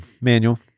Manual